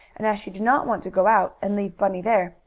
and as she did not want to go out, and leave bunny there,